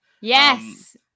yes